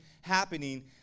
happening